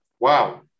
Wow